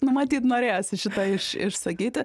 nu matyt norėjosi šitą iš išsakyti